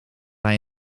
hij